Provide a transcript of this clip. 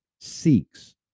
seeks